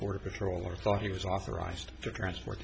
border patrol or thought he was authorized to transport